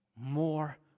more